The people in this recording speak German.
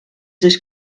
sich